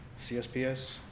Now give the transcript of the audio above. CSPS